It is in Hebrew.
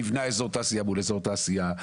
נבנה איזור תעשייה מול איזור תעשייה,